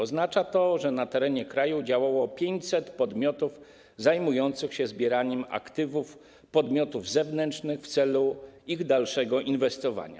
Oznacza to, że na terenie kraju działało 500 podmiotów zajmujących się zbieraniem aktywów podmiotów zewnętrznych w celu ich dalszego inwestowania.